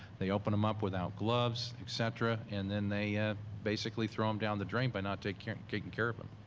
they open them up without gloves, etc, and then they basically throw them um down the drain by not taking care taking care of them.